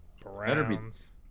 Browns